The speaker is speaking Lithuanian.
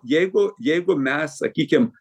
jeigu jeigu mes sakykim